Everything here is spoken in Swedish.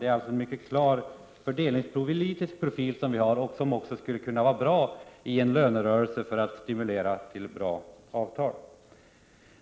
Vi har alltså en klar fördelningspolitisk profil. Den skulle också kunna vara bra i en lönerörelse, för att stimulera till bra avtal.